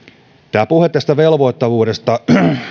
tämä puhe velvoittavuudesta